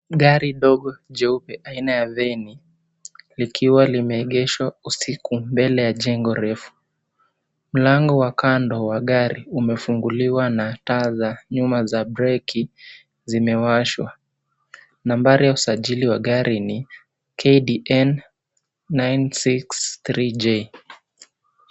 Gari dogo jeupe aina ya veni ikiwa imeegeshwa uskiu, mbele ya jengo refu. Mlango wa kando wa gari umefunguliwa na taa za nyuma za breki zimewashwa. Nambari wa usajili wa gari ni KDN 963J .